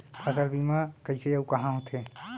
फसल बीमा कइसे अऊ कहाँ होथे?